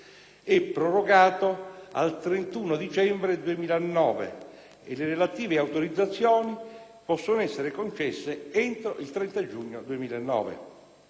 è prorogato al 31 dicembre 2009 e le relative autorizzazioni possono essere concesse entro il 30 giugno 2009.